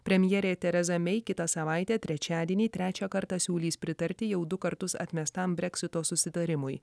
premjerė tereza mei kitą savaitę trečiadienį trečią kartą siūlys pritarti jau du kartus atmestam breksito susitarimui